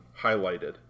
highlighted